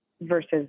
versus